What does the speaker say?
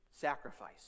sacrifice